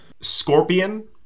Scorpion